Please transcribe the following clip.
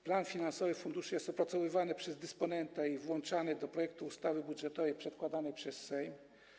Plan finansowy funduszy jest opracowywany przez dysponenta i włączany do projektu ustawy budżetowej przedkładanej w Sejmie.